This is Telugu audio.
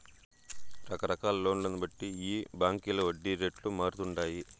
రకరకాల లోన్లను బట్టి ఈ బాంకీల వడ్డీ రేట్లు మారతండాయి